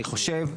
אני חושב,